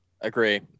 Agree